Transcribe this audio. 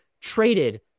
traded